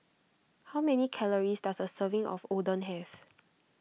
how many calories does a serving of Oden have